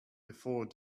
before